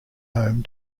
home